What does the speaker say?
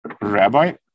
Rabbi